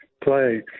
play